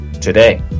today